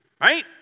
right